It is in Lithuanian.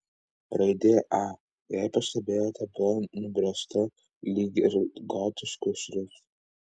raidė a jei pastebėjote buvo nubrėžta lyg ir gotišku šriftu